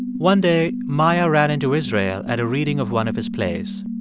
one day, maia ran into israel at a reading of one of his plays.